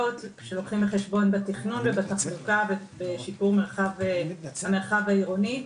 שלוקחים בחשבון בתכנון ובתחזוקה ובשיפור המרחב העירוני.